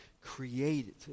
created